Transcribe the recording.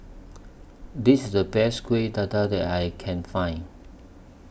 This IS The Best Kueh Dadar that I Can Find